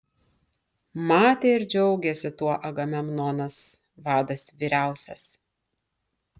matė ir džiaugėsi tuo agamemnonas vadas vyriausias